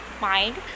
mind